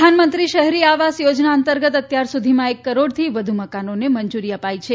પ્રધાનમંત્રી શહેરી આવાસ યોજના અંતર્ગત અત્યાર સુધીમાં એક કરોડથી વધુ મકાનોને મંજૂરી અપાઈ છે